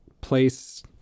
place